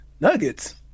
Nuggets